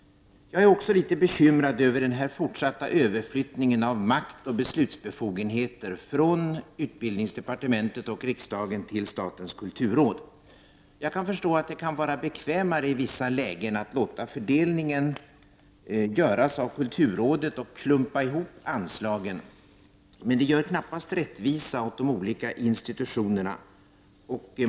Jag är också litet bekymrad över den fortsatta överflyttningen av makt och beslutsbefogenheter från utbildningsdepartementet och riksdagen till statens kulturråd. Jag kan förstå att det kan vara bekvämare i vissa lägen att låta fördelningen göras av kulturrådet och att klumpa ihop anslagen, men det gör knappast rättvisa åt de olika institutionerna.